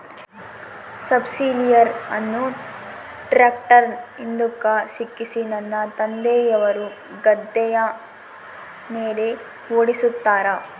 subsoiler ಅನ್ನು ಟ್ರ್ಯಾಕ್ಟರ್ನ ಹಿಂದುಕ ಸಿಕ್ಕಿಸಿ ನನ್ನ ತಂದೆಯವರು ಗದ್ದೆಯ ಮೇಲೆ ಓಡಿಸುತ್ತಾರೆ